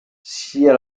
sia